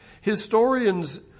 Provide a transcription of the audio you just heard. Historians